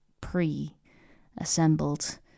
pre-assembled